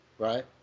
Right